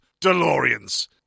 DeLoreans